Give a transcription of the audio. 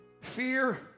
Fear